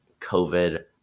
COVID